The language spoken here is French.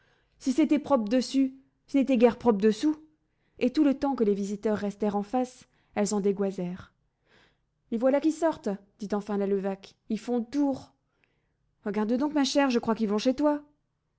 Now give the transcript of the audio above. si c'était propre dessus ce n'était guère propre dessous et tout le temps que les visiteurs restèrent en face elles en dégoisèrent les voilà qui sortent dit enfin la levaque ils font le tour regarde donc ma chère je crois qu'ils vont chez toi